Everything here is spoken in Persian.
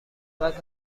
قدر